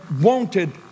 wanted